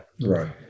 Right